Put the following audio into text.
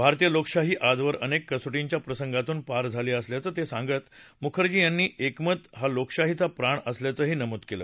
भारतीय लोकशाही आजवर अनेक कसोटीच्या प्रसंगातून पार झाली असल्याचं सांगत मुखर्जी यांनी एकमत हा लोकशाहीचा प्राण असल्याचंही नमूद केलं